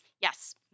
Yes